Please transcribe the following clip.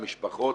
המשפחות,